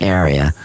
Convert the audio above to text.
area